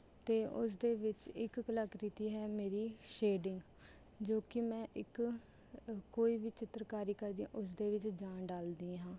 ਅਤੇ ਉਸਦੇ ਵਿੱਚ ਇੱਕ ਕਲਾ ਕ੍ਰਿਤੀ ਹੈ ਮੇਰੀ ਸ਼ੇਡਿੰਗ ਜੋ ਕਿ ਮੈਂ ਇੱਕ ਕੋਈ ਵੀ ਚਿੱਤਰਕਾਰੀ ਕਰਦੀ ਹਾਂ ਉਸ ਦੇ ਵਿੱਚ ਜਾਨ ਡਾਲਦੀ ਹਾਂ